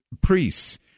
priests